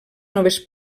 noves